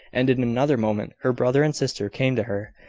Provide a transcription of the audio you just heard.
and, in another moment, her brother and sister came to her.